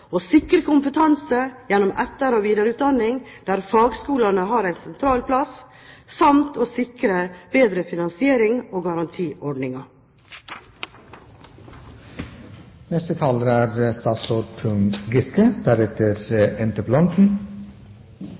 å sikre kompetanse gjennom etter- og videreutdanning, der fagskolene har en sentral plass, samt å sikre bedre finansierings- og garantiordninger. At dette er en viktig sak, viser jo ikke minst det faktum at en tung